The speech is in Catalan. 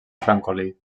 francolí